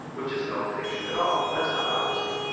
which is no prediction at all. that's not prophecy.